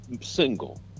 single